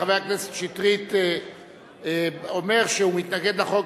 חבר הכנסת שטרית אומר שהוא מתנגד לחוק